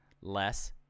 less